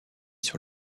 sur